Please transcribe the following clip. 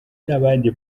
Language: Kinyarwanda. n’abandi